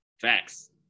Facts